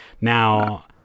Now